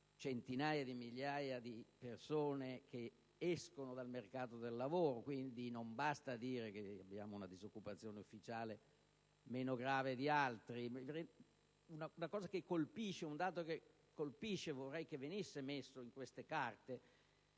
centinaia di migliaia di persone che escono dal mercato del lavoro: quindi non basta dire che abbiamo una disoccupazione ufficiale meno grave di altri. Un dato che colpisce, e che vorrei venisse messo in queste carte,